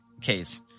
case